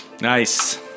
Nice